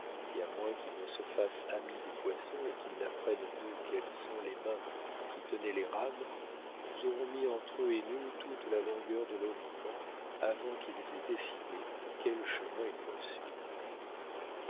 et à moins qu'ils ne se fassent amis des poissons et qu'ils n'apprennent d'eux quelles sont les mains qui tenaient les rames nous aurons mis entre eux et nous toute la longueur de l'horican avant qu'ils aient décidé quel chemin ils doivent suivre